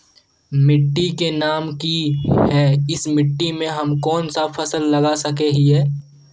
मिट्टी के नाम की है इस मिट्टी में हम कोन सा फसल लगा सके हिय?